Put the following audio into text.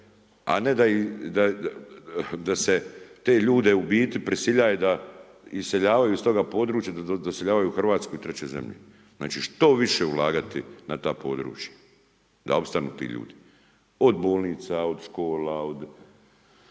a ne da se te ljude u biti prisiljava da iseljavaju iz toga područja da doseljavaju u Hrvatsku i treće zemlje. Znači, što više ulagati na ta područja da opstanu ti ljudi, od bolnica, od škola, od